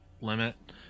limit